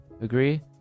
agree